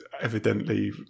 evidently